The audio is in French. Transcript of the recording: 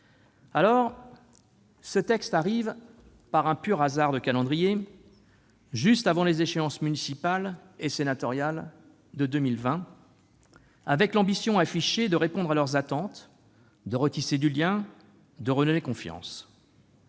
Ce texte arrive, par un pur hasard de calendrier, juste avant les échéances municipales et sénatoriales de 2020, avec l'ambition affichée de répondre aux attentes des maires, de retisser du lien, de redonner confiance.